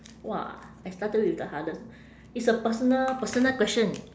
!wah! I started with the hardest it's a personal personal question